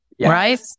Right